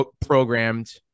programmed